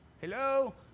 Hello